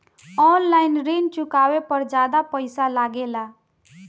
आन line ऋण चुकावे पर ज्यादा पईसा लगेला?